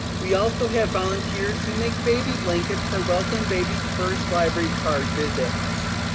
we also have volunteers who make baby blankets for welcome baby first library card visits.